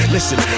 Listen